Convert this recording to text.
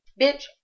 bitch